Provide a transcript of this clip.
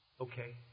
Okay